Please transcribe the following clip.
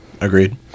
Agreed